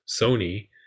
sony